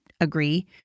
agree